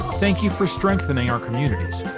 thank you for strengthening our communities.